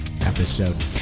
episode